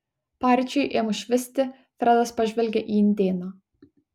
paryčiui ėmus švisti fredas pažvelgė į indėną